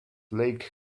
lake